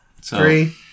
Three